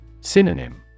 Synonym